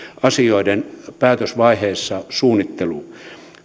asioiden päätösvaiheessa suunnitteluun